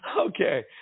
Okay